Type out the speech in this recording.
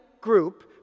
group